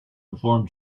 inform